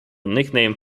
nickname